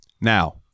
Now